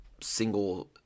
single